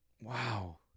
Wow